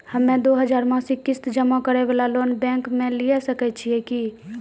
हम्मय दो हजार मासिक किस्त जमा करे वाला लोन बैंक से लिये सकय छियै की?